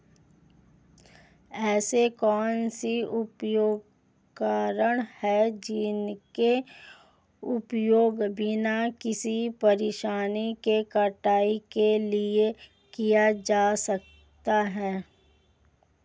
ऐसे कौनसे उपकरण हैं जिनका उपयोग बिना किसी परेशानी के कटाई के लिए किया जा सकता है?